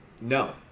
No